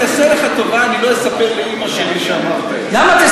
אני אעשה לך טובה: אני לא אספר לאימא שלי שאמרת את זה.